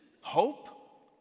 Hope